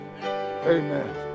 amen